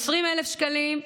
20,000 שקלים,